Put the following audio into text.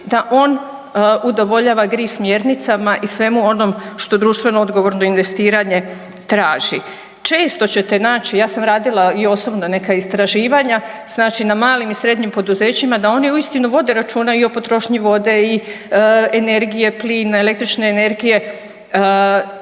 da on udovoljava GRI smjernicama i svemu onom što društveno odgovorno investiranje traži. Često ćete naći, ja sam radila i osobno neka istraživanja znači na malim i srednjim poduzećima da oni uistinu vode računa i o potrošnji vode i energije, plina, električne energije